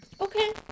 Okay